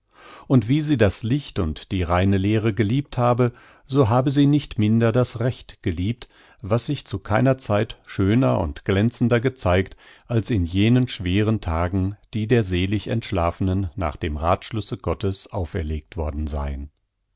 und wie sie das licht und die reine lehre geliebt habe so habe sie nicht minder das recht geliebt was sich zu keiner zeit schöner und glänzender gezeigt als in jenen schweren tagen die der selig entschlafenen nach dem rathschlusse gottes auferlegt worden seien